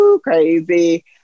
crazy